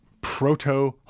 Proto